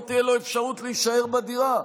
לא תהיה לו אפשרות להישאר בדירה,